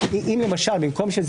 (היו"ר שמחה רוטמן,